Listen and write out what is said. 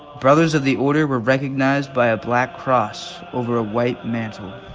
brothers of the order were recognized by a black cross over a white mantle.